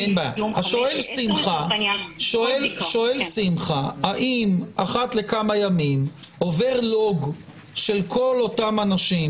שואל שמחה: האם אחת לכמה ימים עובר לוג של כל אותם אנשים